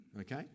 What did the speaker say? okay